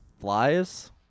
flies